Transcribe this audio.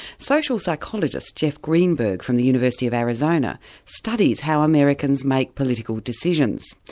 social psychologist jeff greenberg from the university of arizona studies how americans make political decisions,